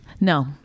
No